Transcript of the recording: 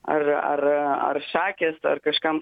ar ar ar šakės ar kažkam